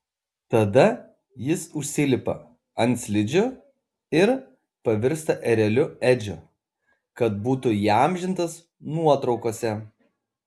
tada jis užsilipa ant slidžių ir pavirsta ereliu edžiu kad būtų įamžintas nuotraukose